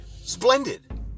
Splendid